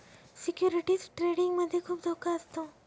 securities trading मध्ये खुप धोका असतो